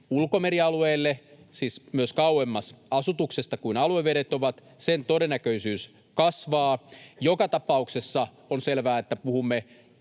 ulkomerialueille, siis myös kauemmas asutuksesta kuin aluevedet ovat, kasvaa. Joka tapauksessa on selvää, että puhumme